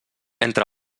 entre